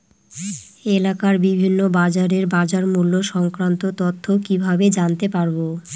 এলাকার বিভিন্ন বাজারের বাজারমূল্য সংক্রান্ত তথ্য কিভাবে জানতে পারব?